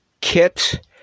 kit